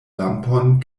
lampon